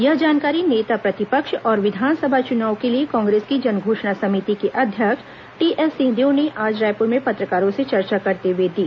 यह जानकारी नेता प्रतिपक्ष और विधानसंभा चुनाव के लिए कांग्रेस की जन घोषणा समिति के अध्यक्ष टीएस सिंहदेव ने आज रायपुर में पत्रकारों से चर्चा करते हुए दी